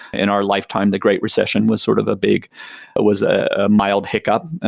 in our lifetime, the great recession was sort of a big was a mild hiccup.